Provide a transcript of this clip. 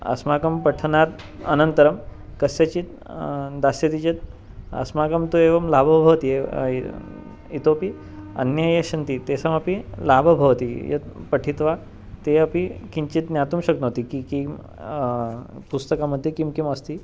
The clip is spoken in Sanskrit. अस्माकं पठनात् अनन्तरं कस्यचित् दास्यति चेत् अस्माकं तु एवं लाभः भवति इतोपि अन्ये ये सन्ति तेषामपि लाभः भवति यत् पठित्वा ते अपि किञ्चित् ज्ञातुं शक्नोति किं किं पुस्तकमध्ये किं किम् अस्ति